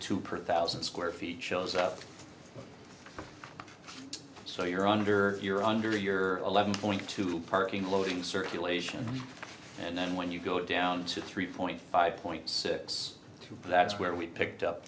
that thousand square feet shows up so you're under you're under your eleven point two parking loading circulation and then when you go down to three point five point six that is where we picked up